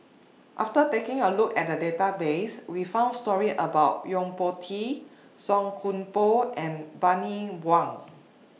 after taking A Look At The Database We found stories about Yo Po Tee Song Koon Poh and Bani Buang